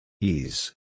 Ease